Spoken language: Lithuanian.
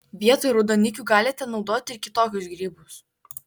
vietoj raudonikių galite naudoti ir kitokius grybus